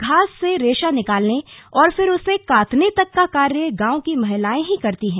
घास से रेशा निकालने और फिर उसे कातने तक का कार्य गांव की महिलाएं ही करती हैं